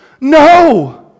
No